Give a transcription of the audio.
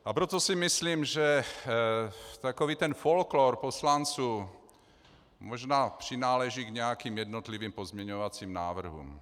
A proto si myslím, že takový ten folklór poslanců možná přináleží k nějakým jednotlivým pozměňovacím návrhům.